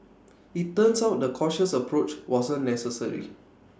IT turns out the cautious approach wasn't necessary